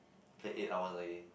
play eight hour leh